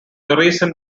reason